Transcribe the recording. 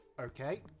Okay